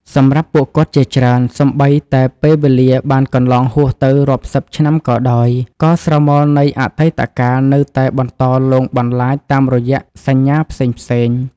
សម្រាប់ពួកគាត់ជាច្រើន សូម្បីតែពេលវេលាបានកន្លងហួសទៅរាប់សិបឆ្នាំក៏ដោយ ក៏ស្រមោលនៃអតីតកាលនៅតែបន្តលងបន្លាចតាមរយៈសញ្ញាផ្សេងៗ។